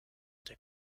der